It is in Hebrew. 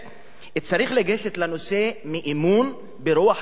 צריך לגשת לנושא מאמון, ברוח האנושית,